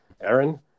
Aaron